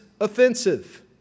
offensive